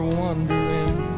wondering